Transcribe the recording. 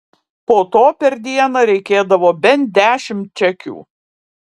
po to per dieną reikėdavo bent dešimt čekių